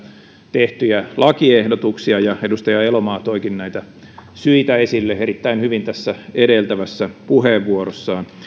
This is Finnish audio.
tehtyjä lakiehdotuksia edustaja elomaa toikin näitä syitä esille erittäin hyvin tässä edeltävässä puheenvuorossaan